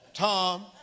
Tom